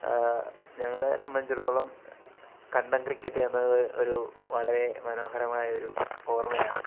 ഞങ്ങളെ സംബന്ധിച്ചിടത്തോളം കണ്ടം ക്രിക്കറ്റെന്നത് ഒരു വളരെ മനോഹരമായൊരു ഓർമ്മയാണ്